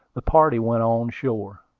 the party went on shore.